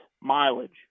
mileage